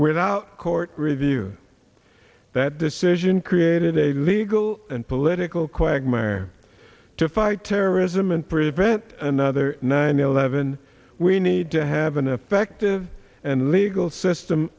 without court review that decision created a legal and political quagmire to fight terrorism and prevent another nine eleven we need to have an effective and legal system